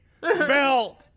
Bell